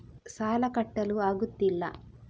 ಸಾಲ ಕಟ್ಟಲು ಆಗುತ್ತಿಲ್ಲ